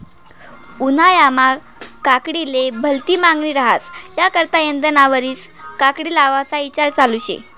उन्हायामा काकडीले भलती मांगनी रहास त्याकरता यंदाना वरीस काकडी लावाना ईचार चालू शे